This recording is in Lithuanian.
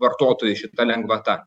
vartotojų šita lengvata